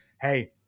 hey